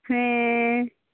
ᱦᱮᱸ ᱻ